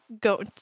go